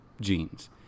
genes